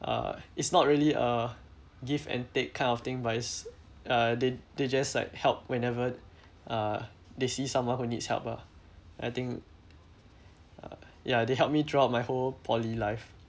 uh it's not really uh give and take kind of thing but it's uh they they just like help whenever uh they see someone who needs help ah I think uh ya they helped me throughout my whole poly life